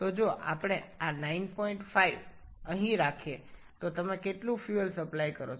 সুতরাং আমরা যদি এখানে এই ৯৫ রাখি তবে আপনি কতটা জ্বালানী সরবরাহ করছেন